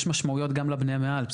יש משמעויות גם לבנייה מעל.